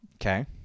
Okay